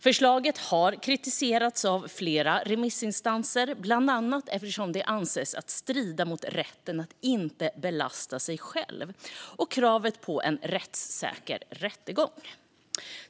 Förslaget har kritiserats av flera remissinstanser, bland annat eftersom det anses strida mot rätten att inte belasta sig själv och kravet på en rättssäker rättegång.